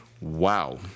Wow